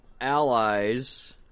Allies